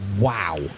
wow